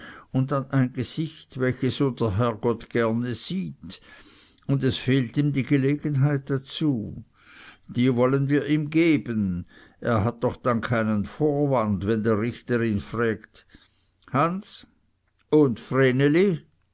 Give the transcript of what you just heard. und an ein gesicht welches unser herrgott gerne sieht und es fehlt ihm die gelegenheit dazu die wollen wir ihm geben er hat doch dann keinen vorwand wenn der richter ihn frägt hans und